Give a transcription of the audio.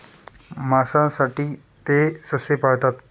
मांसासाठी ते ससे पाळतात